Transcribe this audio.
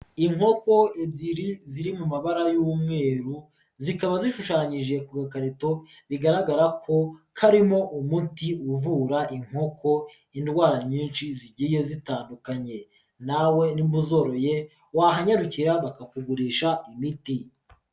Inkoko ebyiri ziri mu mabara y'umweru, zikaba zishushanyije ku gakarito bigaragara ko karimo umuti uvura inkoko indwara nyinshi zigiye zitandukanye, nawe nimba uzoroye wahanyarukira bakakugurisha imiti.